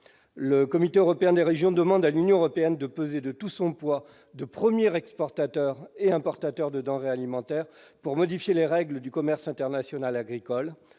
le comité européen des régions demandent à l'Union européenne de peser de tout son poids de premières exportateurs et importateurs de denrées alimentaires pour modifier les règles du commerce international agricoles